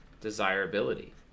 desirability